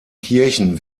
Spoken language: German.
kirchen